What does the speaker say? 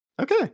Okay